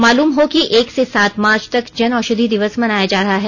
मालूम हो कि एक से सात मार्च तक जन औषधि दिवस मनाया जा रहा है